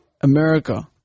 America